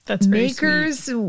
Makers